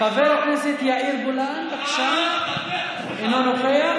חבר הכנסת יאיר גולן, בבקשה, אינו נוכח.